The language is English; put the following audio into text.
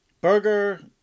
Burger